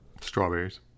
strawberries